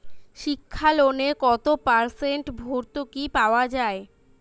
শিক্ষা লোনে কত পার্সেন্ট ভূর্তুকি পাওয়া য়ায়?